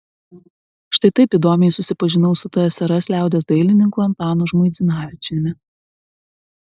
štai taip įdomiai susipažinau su tsrs liaudies dailininku antanu žmuidzinavičiumi